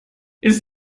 ist